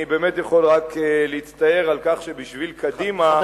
אני באמת יכול רק להצטער על כך שבשביל קדימה ירושלים,